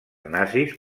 nazis